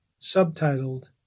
Subtitled